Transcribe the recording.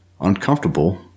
Uncomfortable